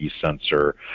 sensor